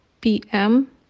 PM